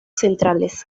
centrales